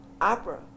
opera